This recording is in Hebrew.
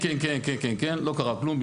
כן, כן, כן, לא קרה כלום.